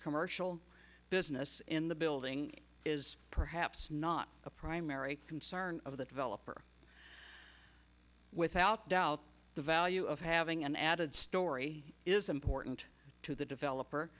commercial business in the building is perhaps not a primary concern of the developer without doubt the value of having an added story is important to the developer